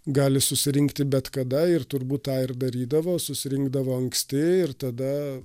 gali susirinkti bet kada ir turbūt tą ir darydavo susirinkdavo anksti ir tada